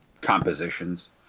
compositions